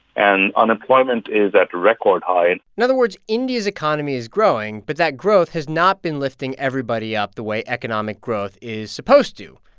and unemployment is at a record high in other words, india's economy is growing, but that growth has not been lifting everybody up the way economic growth is supposed to.